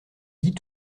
dit